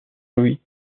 loïc